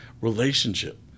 relationship